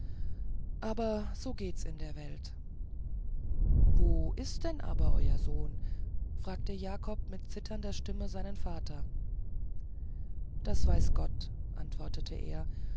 aber so geht's in der welt wo ist denn aber euer sohn fragte jakob mit zitternder stimme seinen vater das weiß gott antwortete er